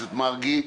הכנסת מרגי,